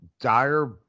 dire